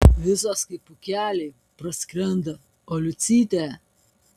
visos kaip pūkeliai praskrenda o liucytė